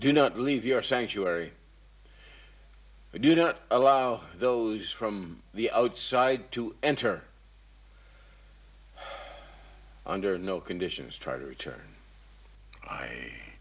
do not leave your sanctuary you know allow those from the outside to enter under no conditions try to return